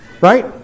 right